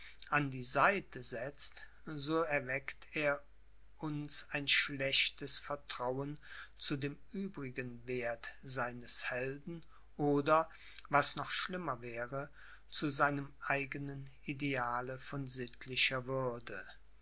an die seite setzt so erweckt er uns ein schlechtes vertrauen zu dem übrigen werth seines helden oder was noch schlimmer wäre zu seinem eigenen ideale von sittlicher würde